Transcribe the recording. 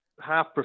half